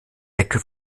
ecke